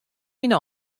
myn